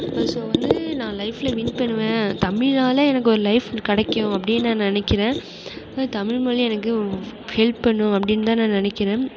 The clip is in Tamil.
ஸோ வந்து நான் லைஃபில் வின் பண்ணுவேன் தமிழால் எனக்கு ஒரு லைஃப் கிடைக்கும் அப்படி நான் நினக்கிறேன் ஆனால் தமிழ்மொழி எனக்கு ஹெல்ப் பண்ணும் அப்படின்னு தான் நான் நினக்கிறேன்